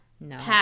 No